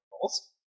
goals